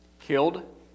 killed